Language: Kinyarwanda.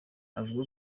avuga